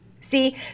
See